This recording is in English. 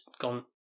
gone